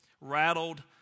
rattled